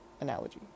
analogy